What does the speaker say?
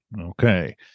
Okay